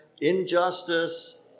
injustice